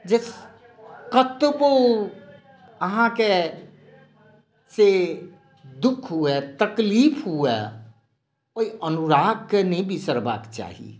जे कतबौ अहाँकेॅं से दुःख हुए तकलीफ हुए ओहि अनुरागके नहि बिसरबाक चाही